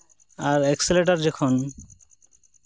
ᱟᱨ accelerator ᱡᱚᱠᱷᱚᱱ